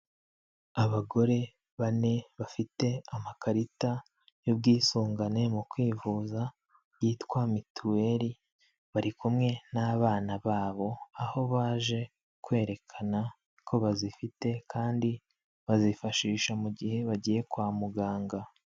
Abagore bane bafite amakarita y'ubwisungane mu kwivuza yitwa mituweri, bari kumwe n'abana babo, aho baje kwerekana ko bazifite kandi bazifashisha mu gihe bagiye kwa muganga.